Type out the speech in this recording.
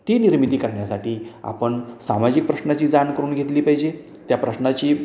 ती निर्मिती करण्यासाठी आपण सामाजिक प्रश्नाची जाण करून घेतली पाहिजे त्या प्रश्नाची